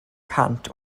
cant